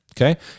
Okay